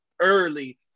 early